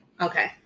Okay